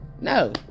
No